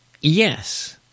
yes